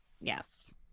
Yes